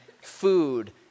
food